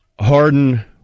Harden